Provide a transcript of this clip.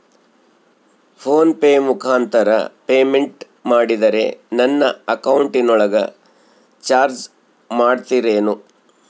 Phone pay ಮುಖಾಂತರ payment ಮಾಡಿದರೆ ನನ್ನ ಅಕೌಂಟಿನೊಳಗ ಚಾರ್ಜ್ ಮಾಡ್ತಿರೇನು?